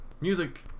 music